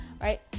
right